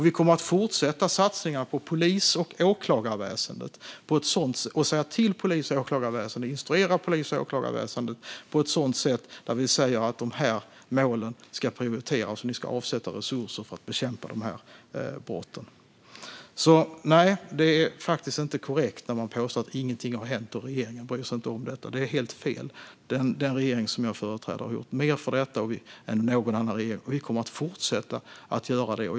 Vi kommer att fortsätta satsningarna på polis och åklagarväsen och instruera dem på ett sätt där vi säger att de här målen ska prioriteras och att de ska avsätta resurser för att bekämpa de här brotten. Så nej, det är faktiskt inte korrekt när man påstår att ingenting har hänt och att ingen bryr sig om detta. Det är helt fel. Den regering som jag företräder har gjort mer för detta än någon annan regering, och vi kommer att fortsätta att göra det.